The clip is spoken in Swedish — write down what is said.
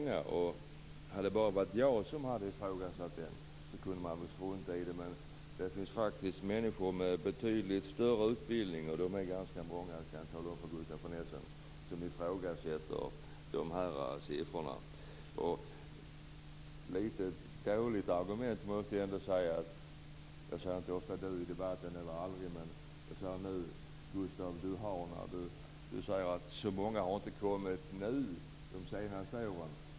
Hade det bara varit jag som hade ifrågasatt den kunde man väl strunta i det, men det finns faktiskt människor med betydligt högre utbildning - och de är ganska många, det kan jag tala om för Gustaf von Essen - som ifrågasätter dessa siffror. Gustaf von Essen säger att det inte har kommit så många under de senaste åren.